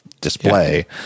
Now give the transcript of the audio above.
display